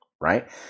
right